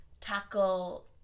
tackle